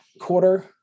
quarter